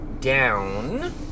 down